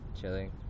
chilling